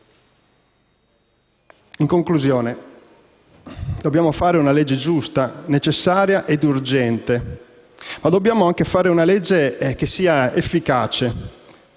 In conclusione, dobbiamo fare una legge giusta, necessaria e urgente, ma dobbiamo anche fare una legge che sia efficace.